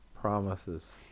Promises